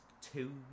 two